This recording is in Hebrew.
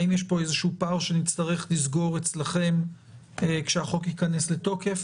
האם יש פה איזשהו פער שנצטרך לסגור אצלכם כשהחוק ייכנס לתוקף?